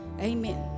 amen